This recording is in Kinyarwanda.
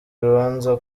urubanza